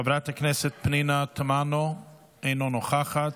חברת הכנסת פנינה תמנו, אינה נוכחת.